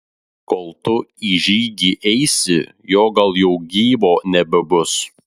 kol tu į žygį eisi jo gal jau gyvo nebebus